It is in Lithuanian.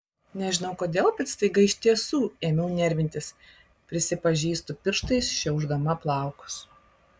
nežinau kodėl bet staiga iš tiesų ėmiau nervintis prisipažįstu pirštais šiaušdama plaukus